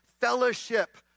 fellowship